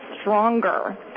stronger